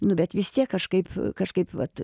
nu bet vis tiek kažkaip kažkaip vat